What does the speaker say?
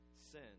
sin